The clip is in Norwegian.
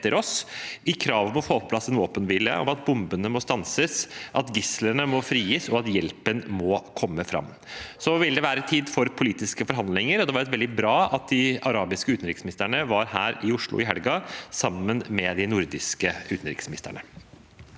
i kravet om å få på plass en våpenhvile, om at bombene må stanses, at gislene må frigis, og at hjelpen må komme fram. Så vil det være tid for politiske forhandlinger, og det var veldig bra at de arabiske utenriksministerne var her i Oslo i helgen, sammen med de nordiske utenriksministerne.